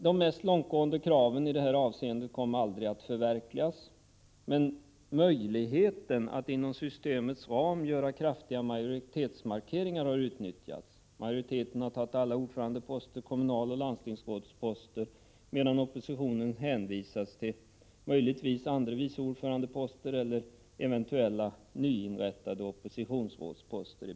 De mest långtgående kraven i detta avseende kom aldrig att förverkligas, men möjligheten att inom systemets ram göra kraftiga majoritetsmarkeringar har utnyttjats — majoriteten har tagit alla ordförandeposter och kommunaloch landstingsrådsposter medan oppositionen hänvisats till andre vice ordförandeposter eller eventuella nyinrättade oppositionsrådsposter.